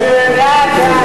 מי נמנע?